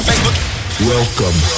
Welcome